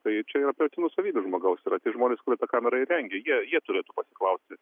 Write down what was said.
tai čia yra privati nuosavybė žmogaus yra tie žmonės kurie tą kamerą įrengė jie jie turėtų pasiklausti